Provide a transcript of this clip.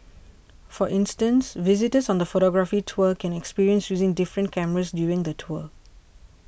for instance visitors on the photography tour can experience using different cameras during the tour